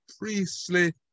priestly